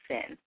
Sin